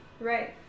Right